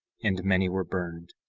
and many were burned,